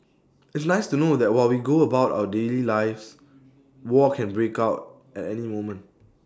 it's nice to know that while we go about our daily lives war can break out at any moment